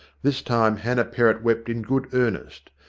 this time hannah perrott wept in good earnest,